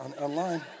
online